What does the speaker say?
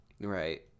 Right